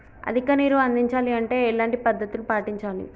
అధిక నీరు అందించాలి అంటే ఎలాంటి పద్ధతులు పాటించాలి?